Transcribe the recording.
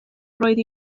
roedd